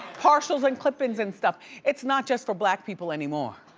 partials and clip ins and stuff. it's not just for black people anymore,